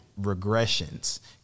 regressions